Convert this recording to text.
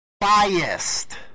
biased